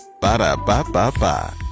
Ba-da-ba-ba-ba